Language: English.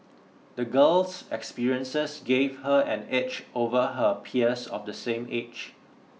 the girl's experiences gave her an edge over her peers of the same age